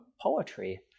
poetry